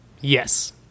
Yes